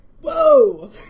Whoa